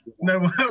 no